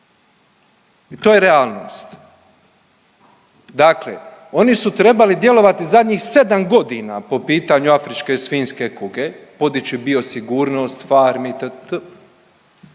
I to je realnost. Dakle, oni su trebali djelovati zadnjih 7 godina po pitanju afričke svinjske kuge, podići biosigurnost farmi i tr,